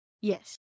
Yes